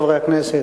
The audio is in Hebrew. חברי הכנסת,